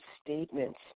statements